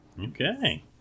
Okay